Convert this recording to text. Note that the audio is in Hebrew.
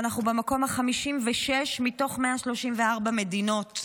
ואנחנו במקום ה-56 מתוך 134 מדינות.